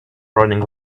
running